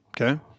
Okay